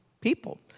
people